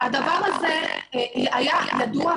הדבר הזה היה ידוע,